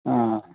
ആ